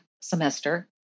semester